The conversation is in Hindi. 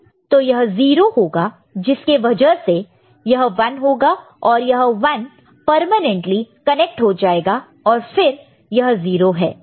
तो यह 0 होगा जिसके वजह से तो यह 1 होगा और यह 1 परमानेंटली कनेक्ट हो जाएगा और फिर तो यह 0 है